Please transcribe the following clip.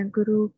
Guru